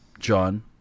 John